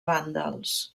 vàndals